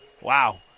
wow